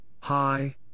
Hi